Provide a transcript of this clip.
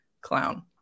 Clown